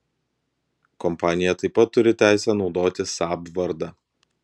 kompanija taip pat turi teisę naudoti saab vardą